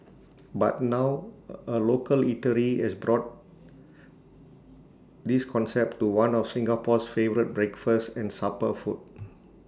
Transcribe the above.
but now A local eatery has brought this concept to one of Singapore's favourite breakfast and supper food